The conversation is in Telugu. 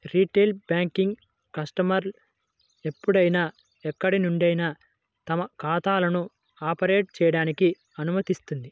రిటైల్ బ్యాంకింగ్ కస్టమర్లు ఎప్పుడైనా ఎక్కడి నుండైనా తమ ఖాతాలను ఆపరేట్ చేయడానికి అనుమతిస్తుంది